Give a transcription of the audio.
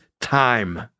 time